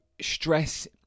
stress